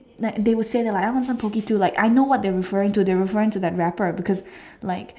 like they will say that like I want some Pocky too like I know what they referring to they were referring to that wrapper like